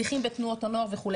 שליחים בתנועות הנוער וכו'.